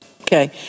Okay